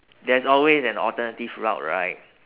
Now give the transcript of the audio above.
there's always an alternative route right